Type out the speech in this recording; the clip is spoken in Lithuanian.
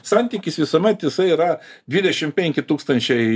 santykis visuomet jisai yra dvidešim penki tūkstančiai